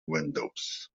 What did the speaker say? windows